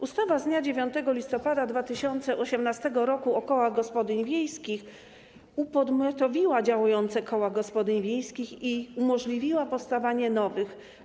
Ustawa z dnia 9 listopada 2018 r. o kołach gospodyń wiejskich upodmiotowiła działające koła gospodyń wiejskich i umożliwiła powstawanie nowych.